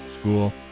school